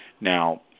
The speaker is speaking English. Now